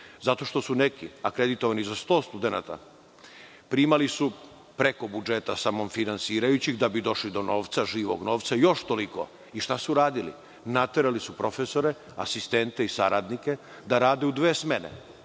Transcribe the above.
zato što su neki akreditovani za 100 studenata, primali su preko budžeta samofinansirajućeg da bi došli do novca, do živog novca, još toliko. I šta su uradili? Naterali su profesore, asistente i saradnike da rade u dve smene.